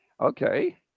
okay